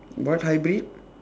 what hybrid